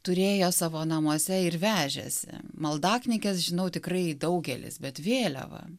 turėjo savo namuose ir vežėsi maldaknyges žinau tikrai daugelis bet vėliavą